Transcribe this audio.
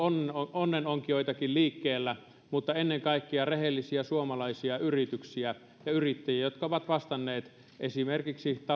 onnenonkijoitakin liikkeellä mutta ennen kaikkea rehellisiä suomalaisia yrityksiä ja yrittäjiä jotka ovat vastanneet esimerkiksi